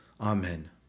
Amen